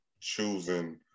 choosing